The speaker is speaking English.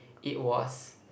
it was